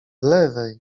lewej